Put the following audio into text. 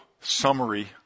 summary